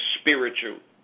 spiritual